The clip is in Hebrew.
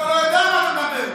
אתה יכול בכלל לעמוד שם?